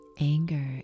Anger